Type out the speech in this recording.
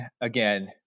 again